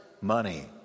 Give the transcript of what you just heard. Money